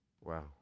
Wow